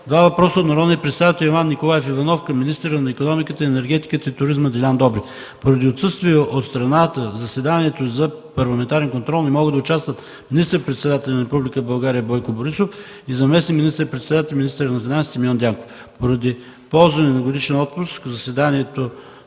два въпроса от народния представител Иван Николаев Иванов към министъра на икономиката, енергетиката и туризма Делян Добрев. Поради отсъствие от страната в заседанието за парламентарен контрол не могат да участват министър-председателят на Република България Бойко Борисов, и заместник министър-председателят и министър на финансите Симеон Дянков. Поради ползване на годишен отпуск, в заседанието